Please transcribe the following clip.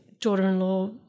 daughter-in-law